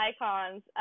icons